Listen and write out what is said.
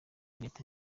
leta